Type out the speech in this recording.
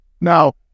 Now